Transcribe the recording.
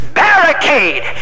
barricade